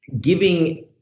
giving